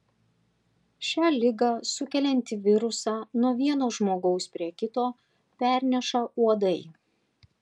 šią ligą sukeliantį virusą nuo vieno žmogaus prie kito perneša uodai